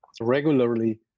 regularly